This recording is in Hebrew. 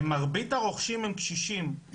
מרבית הרוכשים הם קשישים,